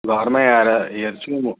घरमै आएर हेर्छु म